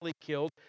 killed